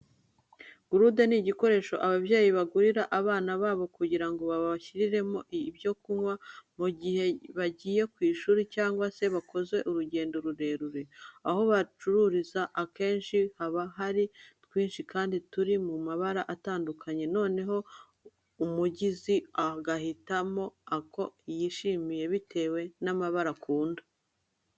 Gurude ni udukoresho ababyeyi bagurira abana babo kugira ngo babashyiriremo ibyo kunywa mu gihe bagiye ku ishuri cyangwa se bakoze urugendo rurerure. Aho baducururiza akenshi haba hari twinshi kandi turi mu mabara atandukanye noneho umuguzi agahitamo ako yashimye bitewe n'ibara akunda.